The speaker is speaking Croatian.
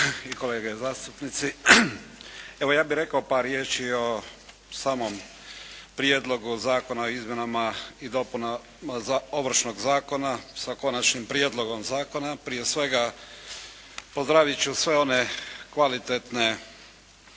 kolege zastupnici. Evo, ja bih rekao par riječi o samom Prijedlogu zakona o izmjenama i dopunama Ovršnog zakona, s Konačnim prijedlogom zakona. Prije svega, pozdravit ću sve one kvalitetne